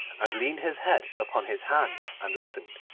and leaned his head upon his hand and listened.